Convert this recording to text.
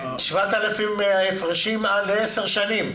7,000 מההפרשים לעשר שנים.